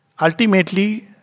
Ultimately